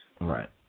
Right